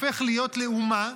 הופך להיות לאומה,